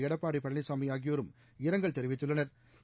எடப்பாடி பழனிசாமி ஆகியோரும் இரங்கல் தெரிவித்துள்ளனா்